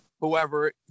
whoever